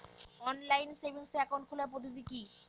Online savings account খোলার পদ্ধতি কি?